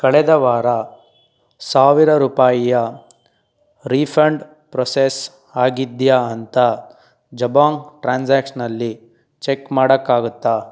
ಕಳೆದ ವಾರ ಸಾವಿರ ರೂಪಾಯಿಯ ರೀಫಂಡ್ ಪ್ರೊಸೆಸ್ ಆಗಿದೆಯಾ ಅಂತ ಜಬೊಂಗ್ ಟ್ರಾನ್ಸಾಕ್ಷನಲ್ಲಿ ಚೆಕ್ ಮಾಡೋಕ್ಕಾಗತ್ತಾ